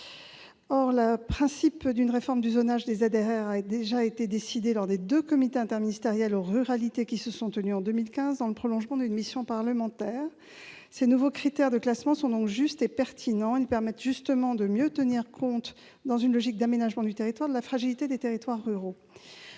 Or le principe d'une réforme du zonage des ZRR a déjà été décidé lors des deux comités interministériels aux ruralités qui se sont tenus en 2015, dans le prolongement d'une mission parlementaire. Ces nouveaux critères de classement sont justes et pertinents. Ils permettent de mieux tenir compte, dans une logique d'aménagement du territoire, de la fragilité des territoires ruraux.